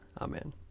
Amen